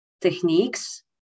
techniques